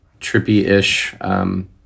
trippy-ish